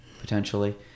potentially